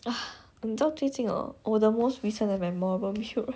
ah 你知道最近 ah 我的 most recent 的 memorable meal right